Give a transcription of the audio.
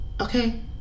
Okay